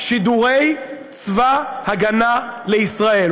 שידורי צבא ההגנה לישראל,